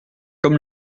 comme